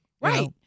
Right